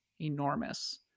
enormous